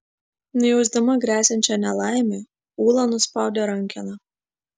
nujausdama gresiančią nelaimę ula nuspaudė rankeną